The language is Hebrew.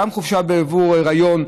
גם חופשה בעבור היריון,